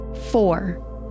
Four